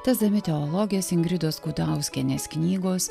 tęsdami teologės ingridos gudauskienės knygos